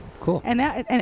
cool